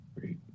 Great